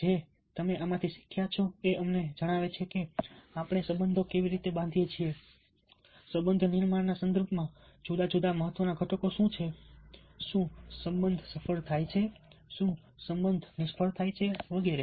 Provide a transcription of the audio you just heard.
જે તમે આમાંથી શીખ્યા છો એ અમને જણાવે છે કે આપણે સંબંધો કેવી રીતે બાંધીએ છીએ સંબંધ નિર્માણના સંદર્ભમાં જુદા જુદા મહત્વના ઘટકો શું છે શું સંબંધ સફળ થાય છે શું સંબંધ નિષ્ફળ થાય છે વગેરે